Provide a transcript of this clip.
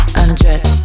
undress